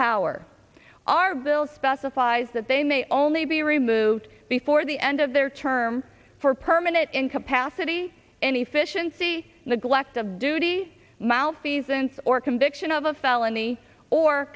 power our bill specifies that they may only be removed before the end of their term for permanent incapacity any fish and see neglect of duty malfeasance or conviction of a felony or